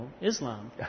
Islam